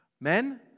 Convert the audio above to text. Men